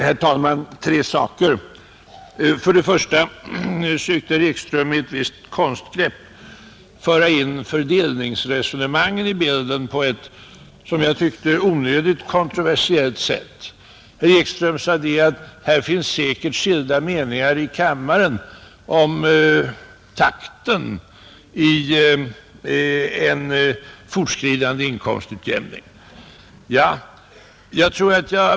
Herr talman! Tre saker! Herr Ekström försökte med ett visst konstgrepp föra in fördelningsresonemangen i bilden på ett som jag tyckte onödigt kontroversiellt sätt. Herr Ekström sade att här finns säkert skilda meningar i kammaren om takten i en fortskridande inkomstutjämning.